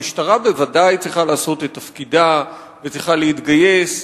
המשטרה בוודאי צריכה לעשות את תפקידה וצריכה להתגייס,